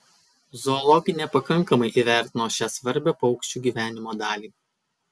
zoologai nepakankamai įvertino šią svarbią paukščių gyvenimo dalį